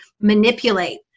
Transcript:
manipulate